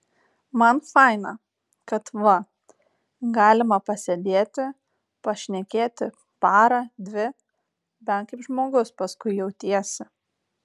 man faina kad va galima pasėdėti pašnekėti parą dvi bent kaip žmogus paskui jautiesi